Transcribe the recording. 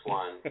one